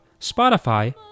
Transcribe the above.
Spotify